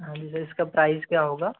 हाँ जी सर इसका प्राइस क्या होगा